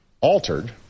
altered